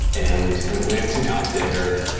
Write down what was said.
and kind of glancing out there,